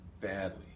badly